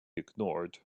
ignored